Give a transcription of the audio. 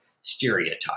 stereotype